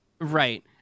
Right